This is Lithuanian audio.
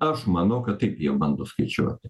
aš manau kad taip jie bando skaičiuot